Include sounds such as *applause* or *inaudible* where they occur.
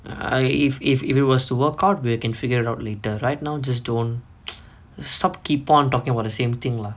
I if if if it was to work out we can figure out later right now just don't *noise* stop keep on talking about the same thing lah